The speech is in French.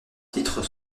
titres